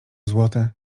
złote